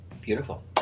Beautiful